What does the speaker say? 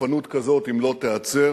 תוקפנות כזאת, אם לא תיעצר,